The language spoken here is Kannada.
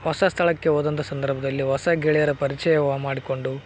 ಹೊಸ ಸ್ಥಳಕ್ಕೆ ಹೋದಂಥ ಸಂದರ್ಭದಲ್ಲಿ ಹೊಸ ಗೆಳೆಯರ ಪರ್ಚಯ ಮಾಡಿಕೊಂಡು